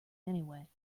anyway